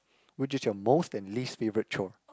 which is your most and least favourite chore